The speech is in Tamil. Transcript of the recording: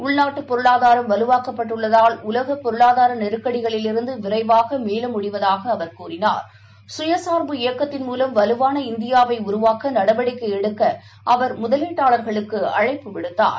உள்நாட்டுப் பொருளாதாரம் வலுவாக்கப்பட்டுள்ளதால் உலகப் பொருளாதாரநெருக்கடிகளிலிருந்துவிரைவாகமீளமுடிவதாகஅவர் கூறினார் சுயசார்பு இயக்கத்தின் மூலம் வலுவான இந்தியாவைஉருவாக்கநடவடிக்கைஎடுக்கஅவர் முதலீட்டாளர்களுக்குஅழைப்பு விடுத்தார்